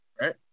Right